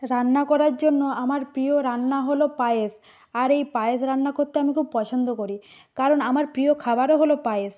রান্না করার জন্য আমার প্রিয় রান্না হলো পায়েস আর এই পায়েস রান্না করতে আমি খুব পছন্দ করি কারণ আমার প্রিয় খাবারও হলো পায়েস